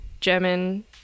german